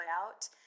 out